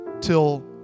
till